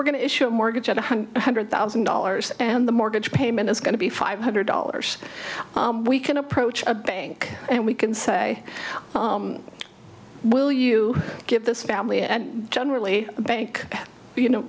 we're going to issue a mortgage at one hundred thousand dollars and the mortgage payment is going to be five hundred dollars we can approach a bank and we can say will you give this family and generally bank you know